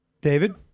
david